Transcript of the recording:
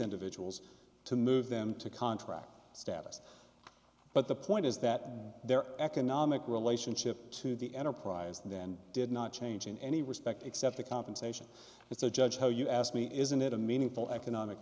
individuals to move them to contract status but the point is that their economic relationship to the enterprise then did not change in any respect except the compensation if the judge how you ask me isn't it a meaningful economic